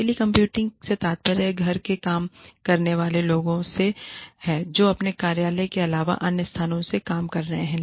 telecommuting से तात्पर्य घर के काम करने वाले लोगों से है जो अपने कार्यालय के अलावा अन्य स्थानों से काम कर रहे हैं